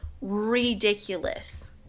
ridiculous